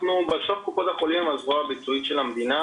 בסוף קופות החולים היא הזרוע הביצועית של המדינה